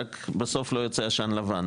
רק בסוף לא יוצא עשן לבן,